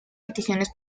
peticiones